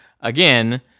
again